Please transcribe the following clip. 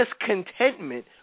discontentment